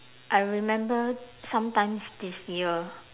I remember sometimes this year